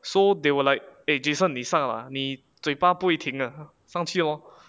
so they were like eh jason 你上 lah 你嘴巴不会停的上去 lor